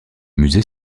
musée